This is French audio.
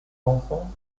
enfants